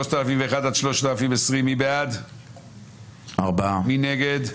3 בעד, 8 נגד,